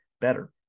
better